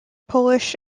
polish